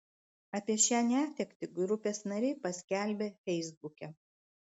apie šią netektį grupės nariai paskelbė feisbuke